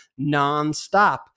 nonstop